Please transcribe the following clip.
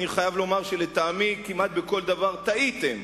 אני חייב לומר שלטעמי כמעט בכל דבר טעיתם,